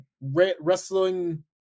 wrestling